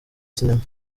sinema